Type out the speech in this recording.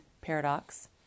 Paradox